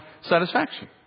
satisfaction